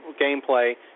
gameplay